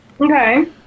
Okay